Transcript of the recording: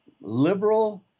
liberal